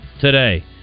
today